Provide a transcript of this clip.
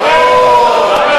ישראל.